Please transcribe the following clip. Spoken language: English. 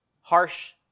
harsh